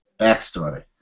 Backstory